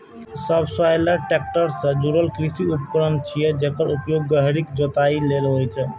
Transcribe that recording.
subsoiler tractor सं जुड़ल कृषि उपकरण छियै, जेकर उपयोग गहींर जोताइ लेल होइ छै